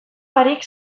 barik